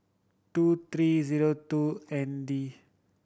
two three zero two N D